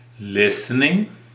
listening